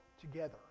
together